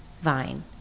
vine